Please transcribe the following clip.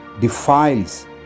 defiles